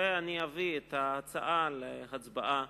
ואביא אותה להצבעה